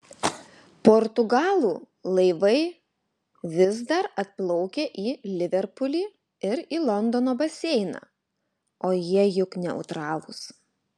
portugalų laivai vis dar atplaukia į liverpulį ir į londono baseiną o jie juk neutralūs